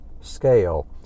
scale